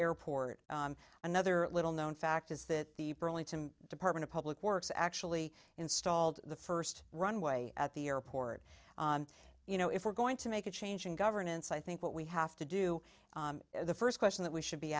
airport another little known fact is that the burlington department of public works actually installed the first runway at the airport you know if we're going to make a change in governance i think what we have to do the first question that we should be